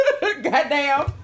Goddamn